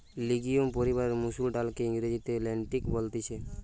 legume পরিবারের মসুর ডালকে ইংরেজিতে লেন্টিল বলতিছে